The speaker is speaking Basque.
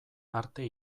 arte